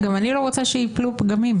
גם אני לא רוצה שייפלו פגמים.